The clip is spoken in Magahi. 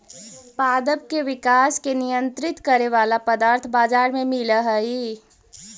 पादप के विकास के नियंत्रित करे वाला पदार्थ बाजार में मिलऽ हई